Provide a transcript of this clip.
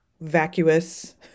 vacuous